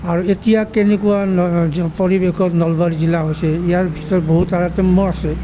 আৰু এতিয়া কেনেকুৱা পৰিৱেশত নলবাৰী জিলা হৈছে ইয়াৰ ভিতৰত বহু তাৰতম্য আছে